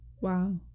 Wow